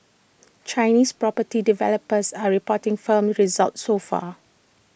Chinese property developers are reporting firm results so far